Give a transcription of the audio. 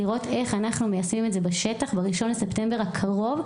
לראות איך אנחנו מיישמים את זה בשטח ב-1 בספטמבר הקרוב,